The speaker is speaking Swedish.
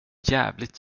jävligt